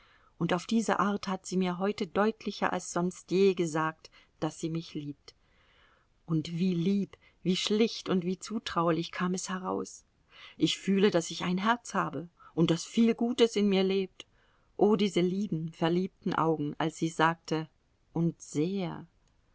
und auf diese art hat sie mir heute deutlicher als sonst je gesagt daß sie mich liebt und wie lieb wie schlicht und wie zutraulich kam es heraus ich fühle daß ich ein herz habe und daß viel gutes in mir lebt o diese lieben verliebten augen als sie sagte und sehr